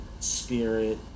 Spirit